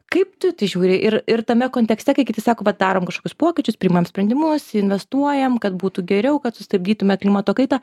kaip tu į tai žiūri ir ir tame kontekste kai kiti sako vat darom kažkokius pokyčius priimam sprendimus investuojam kad būtų geriau kad sustabdytume klimato kaitą